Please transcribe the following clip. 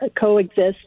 coexist